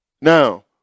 Now